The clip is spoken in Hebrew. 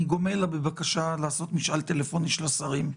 אני גומל לה בבקשה לעשות משאל טלפוני של השרים.